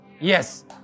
Yes